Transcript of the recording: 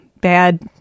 bad